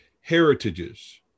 heritages